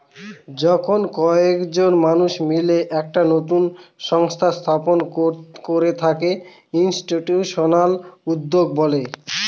যখন কয়েকজন মানুষ মিলে একটা নতুন সংস্থা স্থাপন করে তাকে ইনস্টিটিউশনাল উদ্যোক্তা বলে